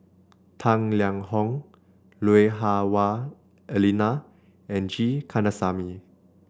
Tang Liang Hong Lui Hah Wah Elena and G Kandasamy